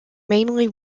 mainly